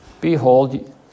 Behold